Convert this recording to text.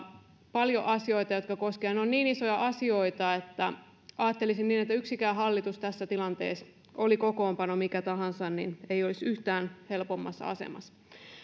paljon asioita jotka koskevat meitä ne ovat niin isoja asioita että ajattelisin niin että yksikään hallitus ei tässä tilanteessa oli kokoonpano mikä tahansa olisi yhtään helpommassa asemassa